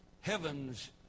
heavens